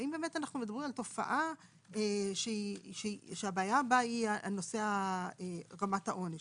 האם באמת אנחנו מדברים על תופעה שהבעיה בה היא נושא רמת העונש.